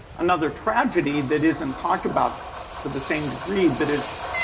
another tragedy that isn't talked about to the same degree but is,